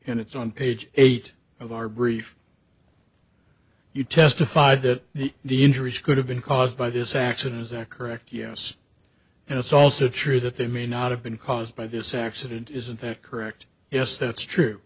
and it's on page eight of our brief you testified that the the injuries could have been caused by this accident is that correct yes and it's also true that they may not have been caused by this accident is in fact correct yes that's true